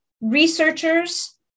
researchers